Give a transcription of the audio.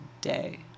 day